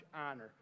honor